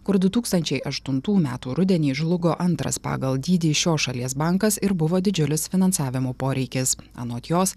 kur du tūkstančiai aštuntų metų rudenį žlugo antras pagal dydį šios šalies bankas ir buvo didžiulis finansavimo poreikis anot jos